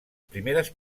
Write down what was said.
primeres